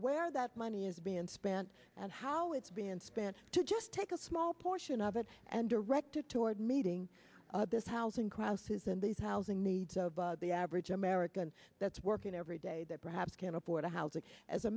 where that money is being spent and how it's been spent to just take a small portion of it and directed toward meeting this housing crisis and the housing needs of the average american that's working every day that perhaps can't afford a house a